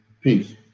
Peace